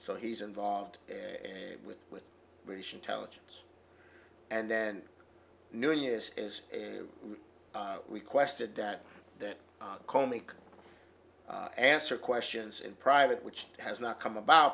so he's involved a with with british intelligence and then new year's is a requested that that calmly can answer questions in private which has not come about